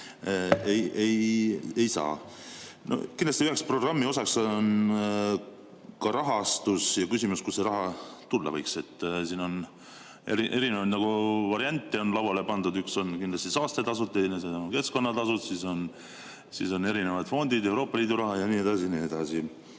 ei saa. Kindlasti on üheks programmi osaks ka rahastus ja küsimus, kust see raha tulla võiks. On erinevaid variante lauale pandud, üks on kindlasti saastetasud, teine on keskkonnatasud, siis on erinevad fondid, Euroopa Liidu raha ja nii edasi ja nii edasi.